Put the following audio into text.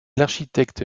l’architecte